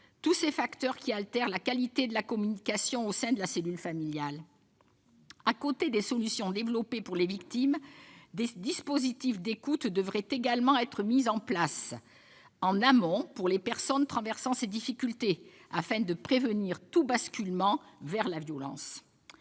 Tous ces facteurs altèrent la qualité de la communication au sein de la cellule familiale. À côté des solutions développées pour les victimes, des dispositifs d'écoute devraient également être mis en place en amont pour les personnes traversant ces difficultés, afin de prévenir tout basculement vers la violence.